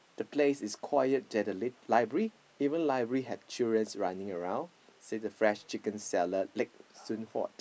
the place is quiet there the lit library even library had children running around say the fresh chicken seller leg soon hot